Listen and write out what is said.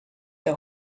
der